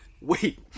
wait